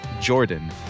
Jordan